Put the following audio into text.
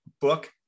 book